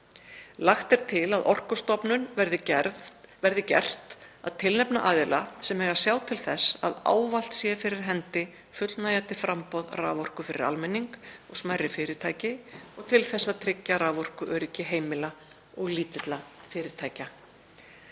Lagt er til að Orkustofnun verði gert að tilnefna aðila sem eiga að sjá til þess að ávallt sé fyrir hendi fullnægjandi framboð raforku fyrir almenning og smærri fyrirtæki og til að tryggja raforkuöryggi heimila og lítilla fyrirtækja.